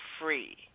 free